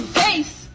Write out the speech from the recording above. face